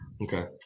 Okay